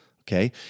okay